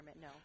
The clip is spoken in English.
no